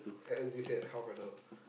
and you had half an hour